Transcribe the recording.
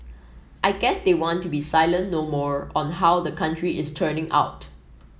I guess they want to be silent no more on how the country is turning out